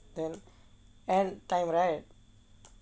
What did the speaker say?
then end time right